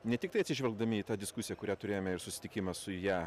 ne tiktai atsižvelgdami į tą diskusiją kurią turėjome ir susitikimą su ja